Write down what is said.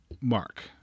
Mark